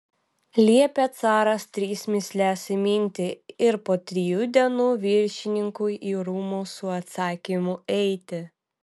liepė caras tris mįsles įminti ir po trijų dienų viršininkui į rūmus su atsakymu eiti